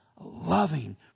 loving